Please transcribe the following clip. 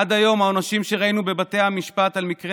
עד היום העונשים שראינו בבתי המשפט על מקרי